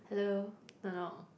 hello knock knock